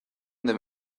them